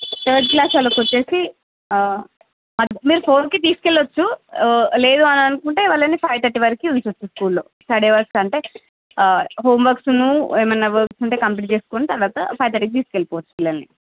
third class వాళ్ళకొచ్చేసి మీరు four కి తీసుకెళ్ళవచ్చు లేదు అని అనుకుంటే వాళ్ళని ఫైవ్ థర్టీ వరకు ఉంచవచ్చు స్కూల్ లో స్టడీ అవర్స్ అంటే హోమ్వర్క్స్ ను ఏమైన వర్క్స్ ఉంటే కంప్లీట్ చేసుకుని తర్వాత ఫైవ్ థర్టీ కి తీసుకెళ్ళిపోవచ్చు పిల్లల్ని